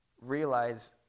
realize